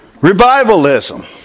Revivalism